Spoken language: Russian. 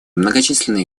многочисленные